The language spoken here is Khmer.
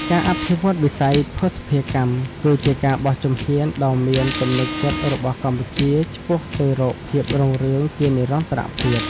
ការអភិវឌ្ឍវិស័យភស្តុភារកម្ម គឺជាការបោះជំហានដ៏មានទំនុកចិត្តរបស់កម្ពុជាឆ្ពោះទៅរកភាពរុងរឿងជានិរន្តរភាព។